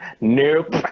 Nope